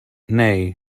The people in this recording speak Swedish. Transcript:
nej